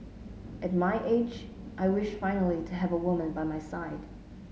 at my age I wish finally to have a woman by my side